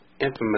infamous